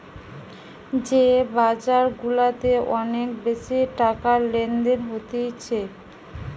যে বাজার গুলাতে অনেক বেশি টাকার লেনদেন হতিছে